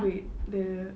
wait the